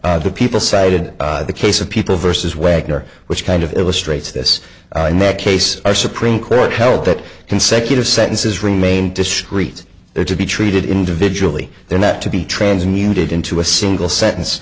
the people cited the case of people versus wagner which kind of illustrates this in that case our supreme court held that consecutive sentences remain discrete there to be treated individually they're not to be transmuted into a single sentence